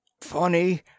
funny